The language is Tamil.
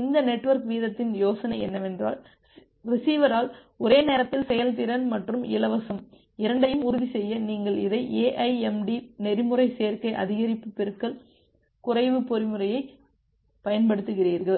இந்த நெட்வொர்க் வீதத்தின் யோசனை என்னவென்றால்ரிசீவரால் ஒரே நேரத்தில் செயல்திறன் மற்றும் இலவசம் இரண்டையும் உறுதிசெய்ய நீங்கள் இதை AIMD நெறிமுறை சேர்க்கை அதிகரிப்பு பெருக்கல் குறைவு நெறிமுறையைப் பயன்படுத்துகிறீர்கள்